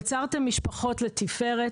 בניתם משפחות לתפארת,